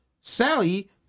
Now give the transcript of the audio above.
Sally